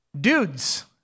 Dudes